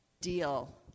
deal